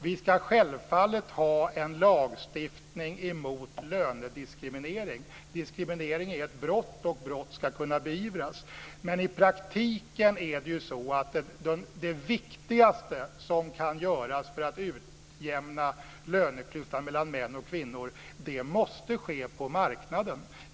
Vi ska självfallet ha en lagstiftning mot lönediskriminering. Diskriminering är ett brott, och brott ska kunna beivras. Men i praktiken måste det viktigaste som kan göras för att utjämna löneklyftan mellan män och kvinnor ske på marknaden.